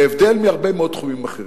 בהבדל מהרבה מאוד תחומים אחרים.